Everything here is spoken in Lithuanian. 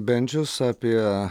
bendžius apie